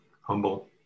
Humble